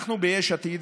אנחנו ביש עתיד,